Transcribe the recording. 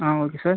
ah okay sir